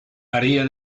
maría